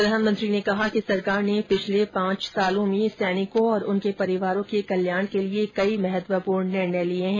प्रधानमंत्री ने कहा कि सरकार ने पिछले पांच वर्षो में सैनिकों और उनके परिवारों के कल्याण के लिए अनेक महत्वपूर्ण निर्णय लिये हैं